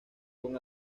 con